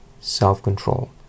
self-control